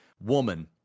woman